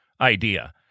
idea